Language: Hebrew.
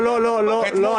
לא, לא, לא.